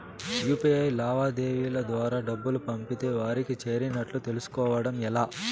UPI లావాదేవీల ద్వారా డబ్బులు పంపితే వారికి చేరినట్టు తెలుస్కోవడం ఎలా?